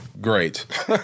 Great